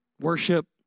Worship